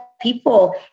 people